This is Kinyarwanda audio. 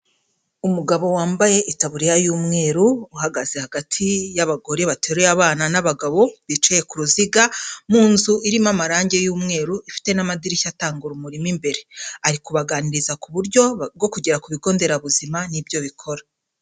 Umugabo wambaye itaburiya y'umweru uhagaze hagati y'abagore bateruye abana n'abagabo bicaye ku ruziga mu nzu irimo amarangi y'umweru ifite n'amadirishya atanga urumurima mu imbere, ari kubaganiriza ku buryo bwo kugera ku bigo nderabuzima n'ibyo bikora.